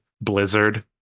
Blizzard